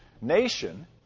nation